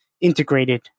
integrated